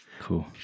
Cool